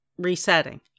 Resetting